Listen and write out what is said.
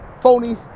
phony